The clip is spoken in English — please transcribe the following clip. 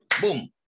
boom